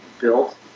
built